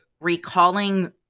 recalling